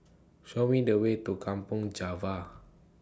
Show Me The Way to Kampong Java